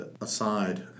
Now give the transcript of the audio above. aside